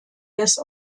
des